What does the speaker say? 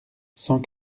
cent